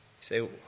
say